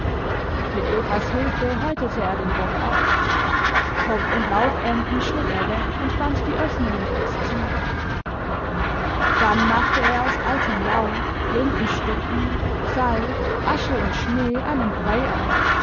mit evas hilfe häutete er den bock ab kopf und laufenden schnitt er weg und band die öffnungen fest zu dann machte er aus altem laub rindenstücken salz asche und schnee einen brei an